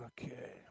Okay